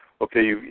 Okay